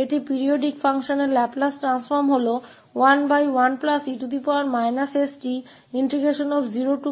एक आवर्त फलन का लैपलेस परिवर्तन 11 e sT0Te stfdtहै